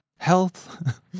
Health